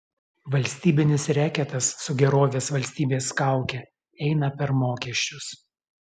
valstybinis reketas su gerovės valstybės kauke eina per mokesčius